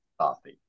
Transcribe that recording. coffee